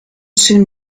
soon